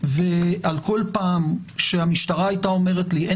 ועל כל פעם שהמשטרה הייתה אומרת לי "אין